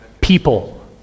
People